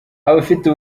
abafite